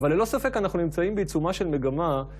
וללא ספק אנחנו נמצאים בעיצומה של מגמה.